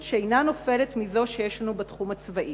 שאינה נופלת מזו שיש לנו בתחום הצבאי.